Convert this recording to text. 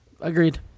Agreed